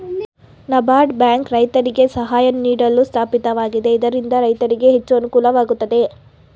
NABARD bank ರೈತರಿಗೆ ಸಹಾಯ ನೀಡಲು ಸ್ಥಾಪಿತವಾಗಿದೆ ಇದರಿಂದ ರೈತರಿಗೆ ಹೆಚ್ಚು ಅನುಕೂಲವಾಗುತ್ತದೆ